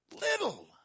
little